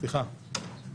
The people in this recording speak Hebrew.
סליחה.